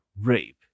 rape